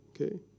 Okay